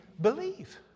believe